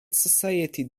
society